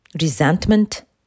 resentment